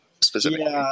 specifically